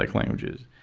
like languages.